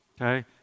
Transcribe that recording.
okay